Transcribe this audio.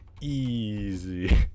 easy